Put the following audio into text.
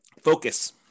Focus